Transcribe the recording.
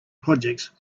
projects